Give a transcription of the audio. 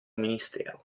ministero